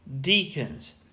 deacons